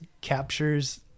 captures